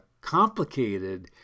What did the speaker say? complicated